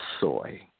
soy